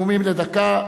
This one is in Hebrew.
נאומים בני דקה,